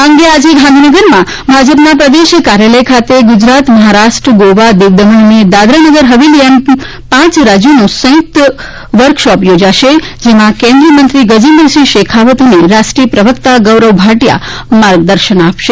આ અંગે આજે ગાંધીનગરમાં ભાજપના પ્રદેશ કાર્યાલય ખાતે ગુજરાત મહારાષ્ટ્ર ગોવા દીવ દમણ અને દાદરા નગર હવેલી એમ પાંચ રાજ્યોનો સંયુક્ત વર્કશોપ યોજાશે જેમાં કેન્દ્રીય મંત્રી ગજેન્દ્રસિંહ શેખાવત અને રાષ્ટ્રીય પ્રવક્તા ગૌરવ ભાટીયા માર્ગદર્શન આપશે